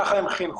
ככה הם חינכו.